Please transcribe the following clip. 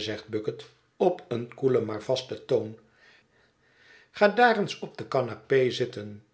zegt bucket op een koelen maar vasten toon ga daar eens op de canapé zitten